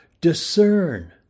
discern